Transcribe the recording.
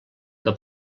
que